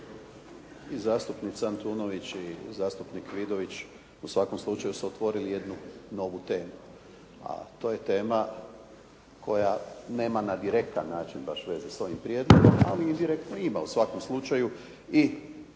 i zastupnica Antunović i zastupnik Vidović u svakom slučaju su otvorili jednu novu temu, a to je tema koja nema na direktan način baš veze s ovim prijedlogom, ali indirektno ima u svakom slučaju i